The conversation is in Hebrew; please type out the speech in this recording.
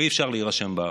ואי-אפשר להירשם בארץ.